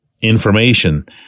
information